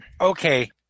Okay